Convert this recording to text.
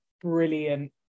brilliant